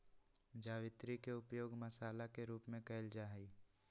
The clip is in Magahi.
जावित्री के उपयोग मसाला के रूप में कइल जाहई